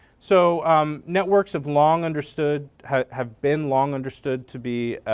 so networks have long understood have have been long understood to be